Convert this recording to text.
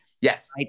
Yes